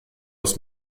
aus